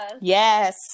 Yes